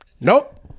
Nope